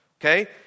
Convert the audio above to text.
okay